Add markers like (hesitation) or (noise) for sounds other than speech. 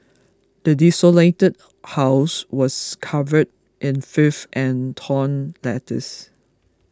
the desolated (hesitation) house was covered in filth and torn letters